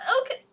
Okay